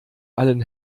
allen